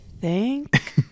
Thank